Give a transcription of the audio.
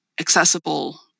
accessible